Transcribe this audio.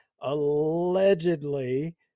allegedly